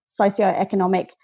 socioeconomic